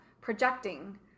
projecting